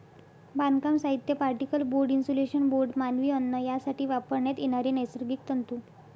बांधकाम साहित्य, particle board, insulation board, मानवी अन्न यासाठी वापरण्यात येणारे नैसर्गिक तंतू